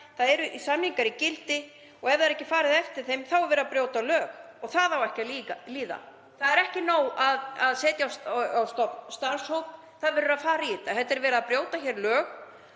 Það eru samningar í gildi og ef ekki er farið eftir þeim er verið að brjóta lög og það á ekki að líða. Það er ekki nóg að setja á stofn starfshóp, það verður að fara í þetta. Hér er verið að brjóta lög.